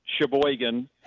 Sheboygan